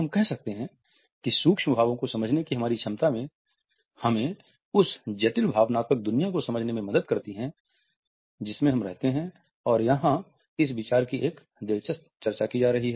हम कह सकते हैं कि सूक्ष्म भावों को समझने की हमारी क्षमता हमें उस जटिल भावनात्मक दुनिया को समझने में मदद करती है जिसमें हम रहते हैं और यहाँ इस विचार की एक दिलचस्प चर्चा की जा रही है